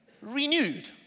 renewed